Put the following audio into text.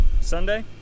sunday